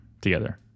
together